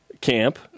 camp